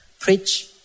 preach